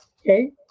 Okay